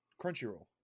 Crunchyroll